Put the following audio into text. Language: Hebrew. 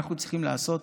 אנחנו צריכים לעשות